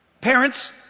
Parents